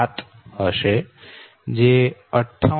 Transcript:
7 હશે જે 58